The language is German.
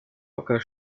hocker